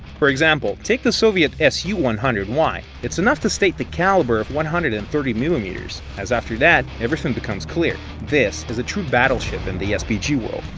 for example take the soviet su one hundred y it's enough to state the caliber of one hundred and thirty millimetres as after that everything becomes clear. this is the true battleship in the spg world.